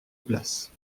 place